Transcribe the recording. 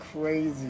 Crazy